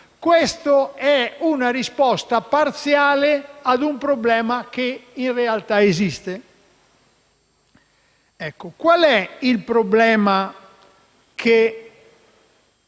è una risposta parziale a un problema che in realtà esiste. Qual è il problema che